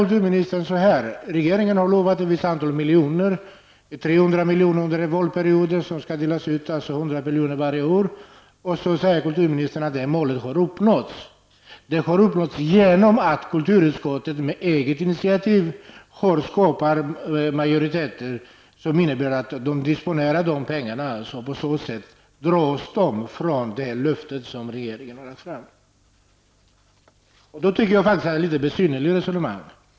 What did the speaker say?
Kulturministern säger att regeringen har utlovat ett visst antal miljoner -- 300 miljoner under en mandatperiod, vilka skall delas ut med 100 miljoner varje år. Sedan säger kulturministern att det målet har uppnåtts. Målet har uppnåtts tack vare egna initiativ från en majoritet i kulturutskottet, och dessa pengar skall därför inte räknas in i det löfte som regeringen lade fram. Resonemanget blir då litet besynnerligt.